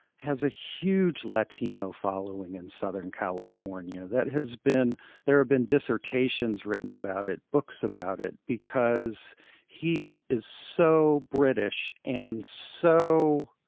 has a huge latino following in southern california that has been there have been dissertations written about it books about it because he is so british and so